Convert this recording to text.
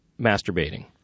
masturbating